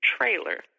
trailer